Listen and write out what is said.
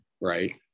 right